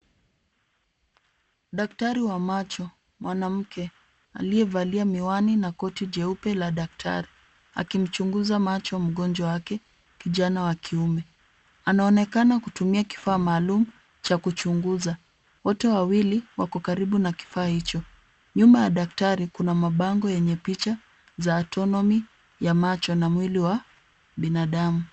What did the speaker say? Daktari wa macho mwanamke, aliyevalia miwani na koti jeupe la daktari akimchunguza macho mgonjwa wake kijana wa kiume. Anaonekana kutumia kifaa maalum cha kuchunguza. Wote wawili wako karibu na kifaa hicho. Nyuma ya daktari kuna mabango yenye picha za autonomy ya macho na mwili wa binadamu.